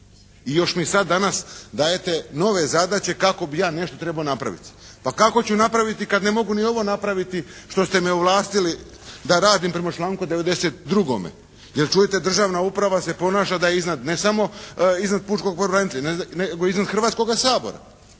i još mi sada danas dajete nove zadaće kako bi ja nešto trebao napraviti. Pa kako ću napraviti kada ne mogu ni ovo napraviti što ste me ovlastili da radim prema članku 92. jer čujete državna uprava se ponaša da je iznad, ne samo iznad pučkog pravobranitelja nego iznad Hrvatskoga sabora.